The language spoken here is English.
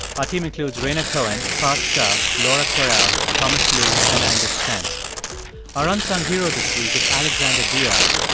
our team includes renee cohen, parth shah, laura kwerel, thomas lu and angus chen our unsung hero this week is alexander diaz,